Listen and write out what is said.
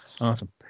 Awesome